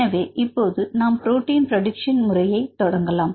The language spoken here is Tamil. எனவே இப்போது நாம் புரோட்டின் பிரடிக்சன் முறையை தொடங்கலாம்